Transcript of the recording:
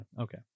Okay